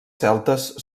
celtes